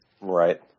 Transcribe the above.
Right